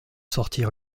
sortir